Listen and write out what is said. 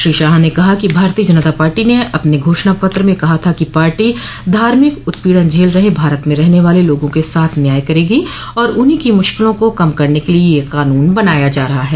श्री शाह ने कहा कि भारतीय जनता पार्टी ने अपने घोषणापत्र में कहा था कि पार्टी धार्मिक उत्पीड़न झेल रहे भारत में रहन वाले लोगों के साथ न्याय करेगी और उन्हीं की मुश्किलों को कम करने के लिए यह कानून बनाया जा रहा है